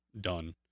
done